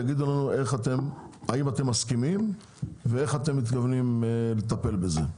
תגידו לנו אם אתם מסכימים ואיך אתם מתכוונים לטפל בזה.